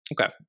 Okay